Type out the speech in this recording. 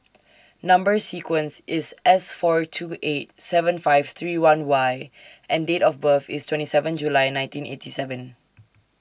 Number sequence IS S four two eight seven five three one Y and Date of birth IS twenty seven July nineteen eighty seven